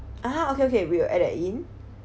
ah okay okay we will add that in